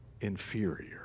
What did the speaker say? inferior